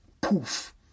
Poof